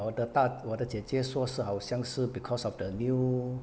我的大我的姐姐说是好像是 because of the new